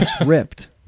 ripped